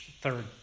third